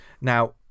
Now